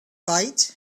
bite